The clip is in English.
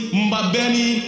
mbabeni